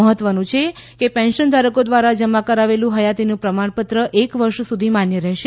મહત્વનું છે કે પેન્શન ધારકો દ્વારા જમા કરાવેલું હયાતીનું પ્રમાણપત્ર એક વર્ષ સુધી માન્ય રહેશે